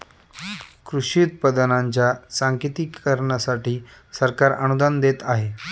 कृषी उत्पादनांच्या सांकेतिकीकरणासाठी सरकार अनुदान देत आहे